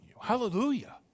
Hallelujah